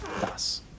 Das